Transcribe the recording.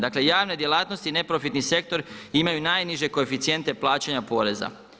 Dakle javne djelatnosti neprofitni sektor imaju najniže koeficijente plaćanja poreza.